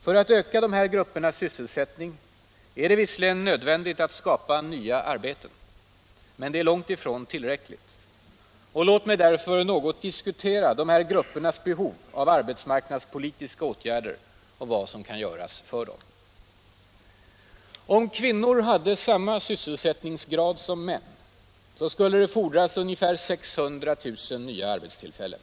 För att öka de här gruppernas sysselsättning är det visserligen nödvändigt att skapa nya arbeten, men det är långt ifrån tillräckligt. Låt mig därför något diskutera de här gruppernas behov av arbetsmarknadspolitiska åtgärder och vad som kan göras för dem. Om kvinnor hade samma sysselsättningsgrad som män så skulle det fordras ungefär 600 000 nya arbetstillfällen.